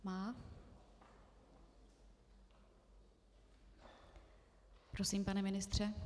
Má. Prosím, pane ministře.